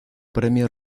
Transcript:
premio